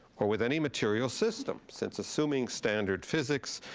or with any material system, since assuming standard physics,